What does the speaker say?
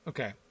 Okay